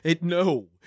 no